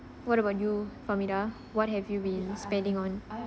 what about you farmida what have you been spending on